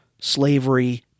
slavery